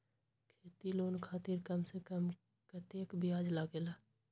खेती लोन खातीर कम से कम कतेक ब्याज लगेला?